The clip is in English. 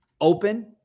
open